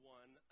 one